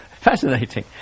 fascinating